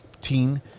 teen